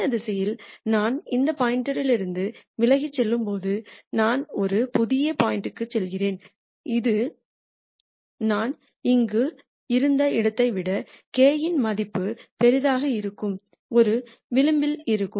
இந்த திசையில் நான் இந்த பாயிண்ட்லிருந்து விலகிச் செல்லும்போது நான் ஒரு புதிய பாயிண்ட் க்குச் செல்கிறேன அது நான் இங்கு இருந்த இடத்தை விட k இன் மதிப்பு பெரிதாக இருக்கும் ஒரு விளிம்பில் இருக்கும்